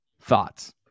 thoughts